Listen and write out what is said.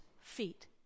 feet